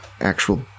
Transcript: actual